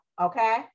Okay